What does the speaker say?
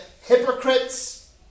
Hypocrites